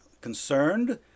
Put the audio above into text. concerned